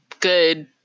good